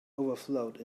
overflowed